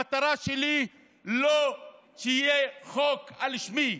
המטרה שלי היא לא שיהיה חוק על שמי,